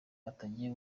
atagiye